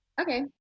Okay